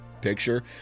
picture